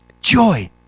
joy